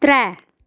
त्रैऽ